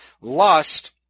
Lust